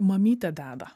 mamytė deda